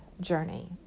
journey